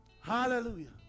hallelujah